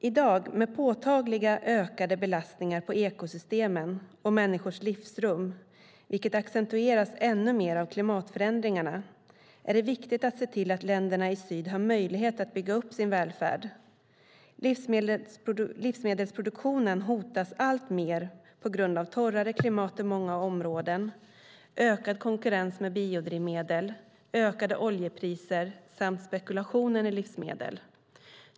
I dag när det är påtagliga ökade belastningar på ekosystemen och människors livsrum, vilket accentueras ännu mer av klimatförändringarna, är det viktigt att se till att länderna i syd har möjlighet att bygga upp sin välfärd. Livsmedelsproduktionen hotas allt mer både på grund av torrare klimat i många områden, ökad konkurrens med biodrivmedel, ökade oljepriser samt spekulationen i livsmedel.